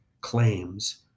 claims